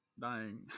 dying